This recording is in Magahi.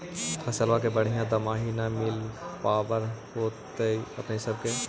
फसलबा के बढ़िया दमाहि न मिल पाबर होतो अपने सब के?